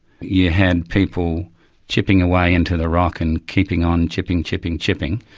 you had people chipping away into the rock and keeping on, chipping, chipping, chipping.